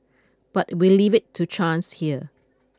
but we leave it to chance here